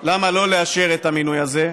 למה לא לאשר את המינוי הזה,